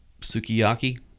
Sukiyaki